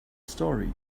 story